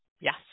Yes